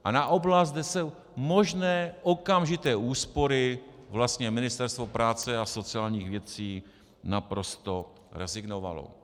A na oblast, kde jsou možné okamžité úspory, vlastně Ministerstvo práce a sociálních věcí naprosto rezignovalo.